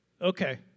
Okay